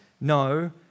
no